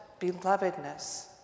belovedness